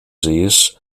sees